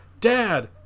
Dad